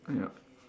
ya